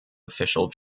official